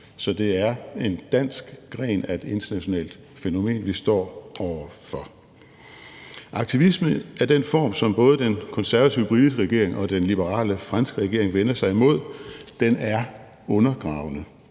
Så det er en dansk gren af et internationalt fænomen, vi står over for. Aktivisme af den form, som både den konservative britiske regering og den liberale franske regering vender sig imod, er undergravende